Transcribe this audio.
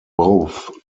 both